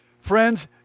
Friends